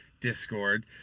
Discord